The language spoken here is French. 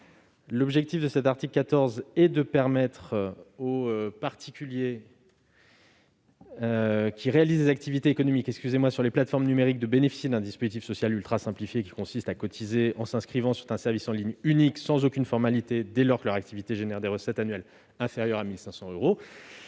L'article 14 a pour objet de permettre aux particuliers réalisant des activités économiques sur les plateformes numériques de bénéficier d'un dispositif social ultra-simplifié : cotiser en s'inscrivant sur un service en ligne unique, sans aucune formalité, dès lors que l'activité produit des recettes annuelles inférieures à 1 500 euros.